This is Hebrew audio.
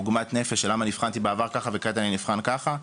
עוגמת נפש של למה נבחנתי בעבר ככה וכעת אני נבחן ככה.